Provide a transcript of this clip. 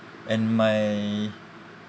and my